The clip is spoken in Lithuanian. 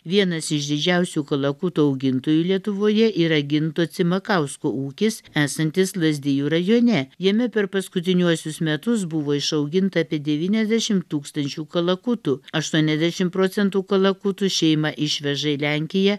vienas iš didžiausių kalakutų augintojų lietuvoje yra ginto cimakausko ūkis esantis lazdijų rajone jame per paskutiniuosius metus buvo išauginta apie devyniasdešimt tūkstančių kalakutų aštuoniasdešimt procentų kalakutų šeima išveža į lenkiją